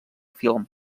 film